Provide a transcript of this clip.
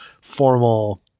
formal